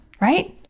right